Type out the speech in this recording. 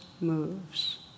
moves